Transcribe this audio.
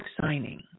signing